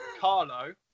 Carlo